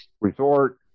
resort